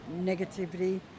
negativity